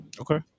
Okay